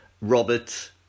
Robert